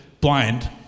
blind